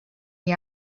the